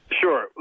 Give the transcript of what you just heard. Sure